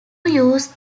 use